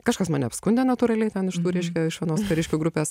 kažkas mane apskundė natūraliai ten iš tų reiškia iš anos kariškių grupės